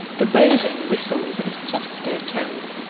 the boatswain whistles in a softer tone.